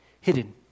Hidden